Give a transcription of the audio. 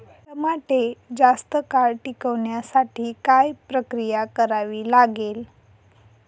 टमाटे जास्त काळ टिकवण्यासाठी काय प्रक्रिया करावी लागेल?